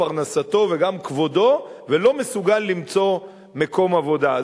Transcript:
פרנסתו וגם כבודו ולא מסוגל למצוא מקום עבודה.